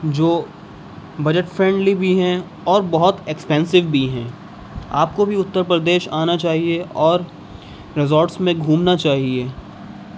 جو budget friendly بھی ہیں اور بہت ایکسپنسو بھی ہیں آپ کو بھی اترپردیش میں آنا چاہیے اور ریزورٹس میں گھومنا چاہیے